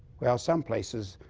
well, some places,